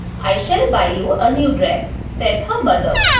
i shall buy you a new dress, said her mother.